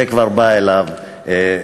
זה כבר בא אליו ומחנך.